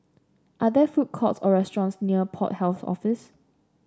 are there food courts or restaurants near Port Health Office